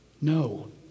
No